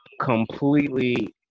completely